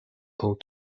call